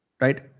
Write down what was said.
right